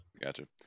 Gotcha